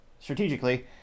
strategically